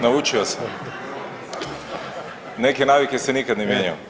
Naučio sam, neke navike se nikad ne mijenjaju.